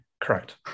Correct